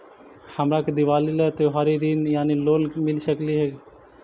हमरा के दिवाली ला त्योहारी ऋण यानी लोन मिल सकली हे?